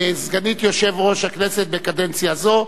כסגנית יושב-ראש הכנסת בקדנציה זו,